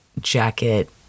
jacket